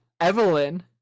evelyn